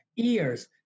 Ears